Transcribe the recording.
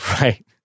right